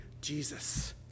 jesus